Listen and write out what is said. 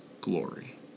glory